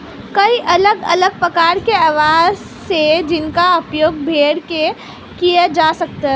कई अलग अलग प्रकार के आवास हैं जिनका उपयोग भेड़ के लिए किया जा सकता है